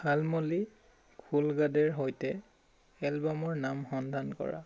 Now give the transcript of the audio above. শালমলী খোলগাডেৰ সৈতে এলবামৰ নাম সন্ধান কৰা